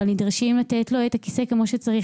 נדרשים לתת לו את הכיסא כמו שצריך.